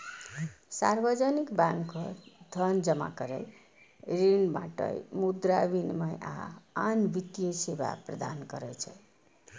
सार्वजनिक बैंक धन जमा करै, ऋण बांटय, मुद्रा विनिमय, आ आन वित्तीय सेवा प्रदान करै छै